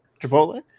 Chipotle